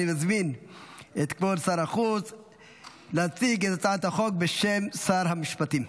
אני מזמין את כבוד שר החוץ להציג את הצעת החוק בשם שר המשפטים.